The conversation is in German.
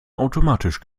automatisch